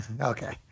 Okay